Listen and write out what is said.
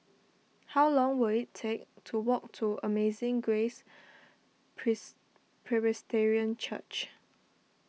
how long will it take to walk to Amazing Grace Pres Presbyterian Church